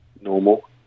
normal